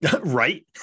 Right